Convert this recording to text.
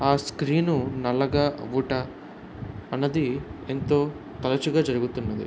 ఆ స్క్రీన్ నల్లగా అవుట అన్నది ఎంతో తరచుగా జరుగుతున్నది